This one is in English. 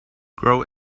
grow